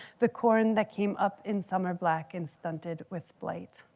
the corn that came up in summer black and stunted with blight.